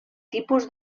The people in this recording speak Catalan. tipus